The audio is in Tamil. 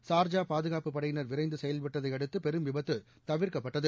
ஷா்ஜா பாதுகாப்பு படையினர் விரைந்து செயல்பட்டதை அடுத்து பெரும் விபத்து தவிர்க்கப்பட்டது